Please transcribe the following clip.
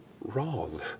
wrong